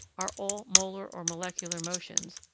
are all molar or molecular motions,